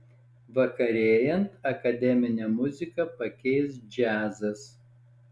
vakarėjant akademinę muziką pakeis džiazas